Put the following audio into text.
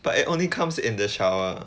but it only comes in the shower